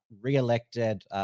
re-elected